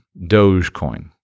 Dogecoin